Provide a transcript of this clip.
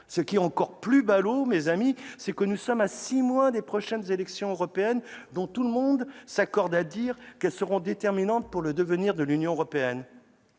Ce qui est encore plus ballot, c'est que nous sommes à six mois des prochaines élections européennes, dont tout le monde s'accorde à dire qu'elles seront déterminantes pour le devenir de l'Union européenne